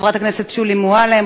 חברת הכנסת שולי מועלם,